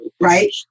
right